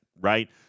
right